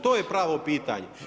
To je pravo pitanje.